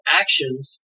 actions